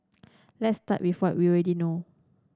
let's start with what we already know